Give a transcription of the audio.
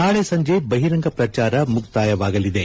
ನಾಳೆ ಸಂಜೆ ಬಹಿರಂಗ ಪ್ರಚಾರ ಮುಕ್ತಾಯವಾಗಲಿದೆ